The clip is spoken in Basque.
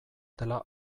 dela